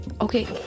Okay